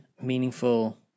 meaningful